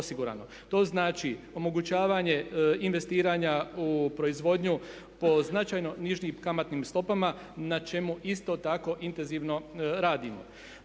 To znači omogućavanje investiranja u proizvodnju po značajno nižim kamatnim stopama, na čemu isto tako intenzivno radimo.